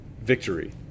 victory